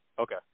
Okay